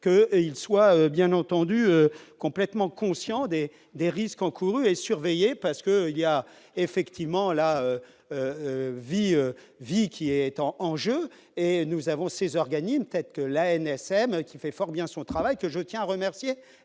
que ils soient bien entendu complètement conscient des des risques encourus et surveiller, parce que il y a effectivement la vie Vicky étant en jeu et nous avons ces organismes tels que l'ANSM qui fait fort bien son travail, que je tiens à remercier,